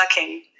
working